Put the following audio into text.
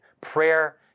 Prayer